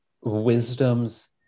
wisdoms